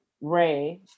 Ray